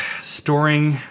storing